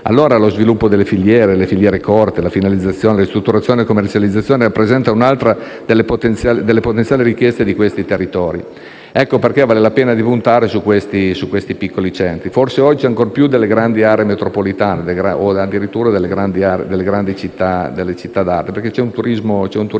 Allora lo sviluppo delle filiere corte, come finalizzazione, ristrutturazione e commercializzazione, rappresenta un'altra delle potenziali ricchezze di questi territori. Ecco perché vale la pena puntare su questi piccoli centri, forse oggi ancor più delle grandi aree metropolitane o addirittura delle grandi città d'arte, perché lì c'è un turismo diverso,